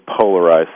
polarized